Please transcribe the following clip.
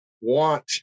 want